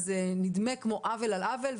זה נדמה כמו עוול על עוול.